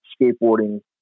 skateboarding